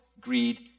greed